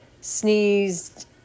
sneezed